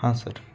हां सर